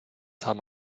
haben